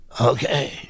okay